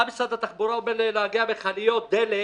מה משרד התחבורה אומר לנהגי מכליות הדלק